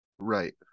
Right